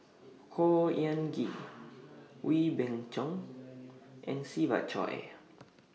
Khor Ean Ghee Wee Beng Chong and Siva Choy